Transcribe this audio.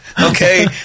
Okay